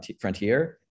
frontier